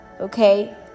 okay